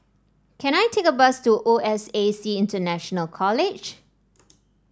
can I take a bus to O S A C International College